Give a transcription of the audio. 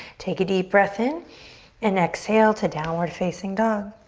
take a deep breath in and exhale to downward facing dog.